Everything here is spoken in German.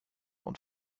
und